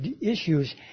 issues